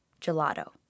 gelato